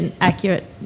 accurate